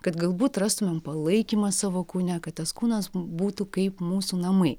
kad galbūt rastumėm palaikymą savo kūne kad tas kūnas būtų kaip mūsų namai